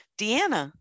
deanna